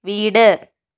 വീട്